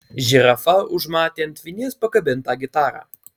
žirafa užmatė ant vinies pakabintą gitarą